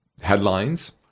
headlines